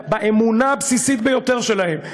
באמונה הבסיסית ביותר שלהם,